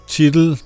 titel